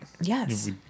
Yes